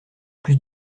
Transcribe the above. plus